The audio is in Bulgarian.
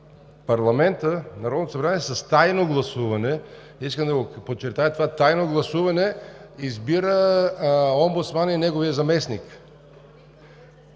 парламентът, Народното събрание с тайно гласуване, искам да подчертая – тайно гласуване, избира омбудсмана и неговия заместник.